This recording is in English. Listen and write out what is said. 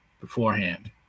beforehand